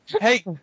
hey